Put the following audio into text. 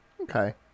Okay